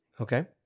Okay